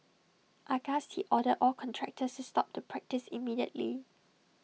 aghast he ordered all contractors to stop the practice immediately